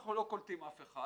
אנחנו לא קולטים אף אחד,